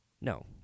No